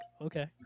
okay